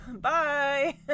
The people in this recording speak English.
Bye